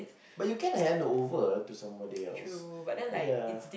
but you can handover to somebody else